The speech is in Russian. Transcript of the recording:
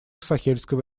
сахельского